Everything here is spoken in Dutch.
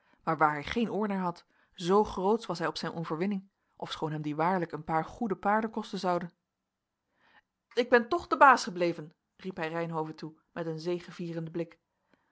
maar waar hij geen oor naar had zoo grootsch was hij op zijn overwinning ofschoon hem die waarlijk een paar goede paarden kosten zoude ik ben toch de baas gebleven riep hij reynhove toe met een zegevierenden blik